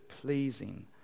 pleasing